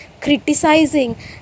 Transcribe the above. criticizing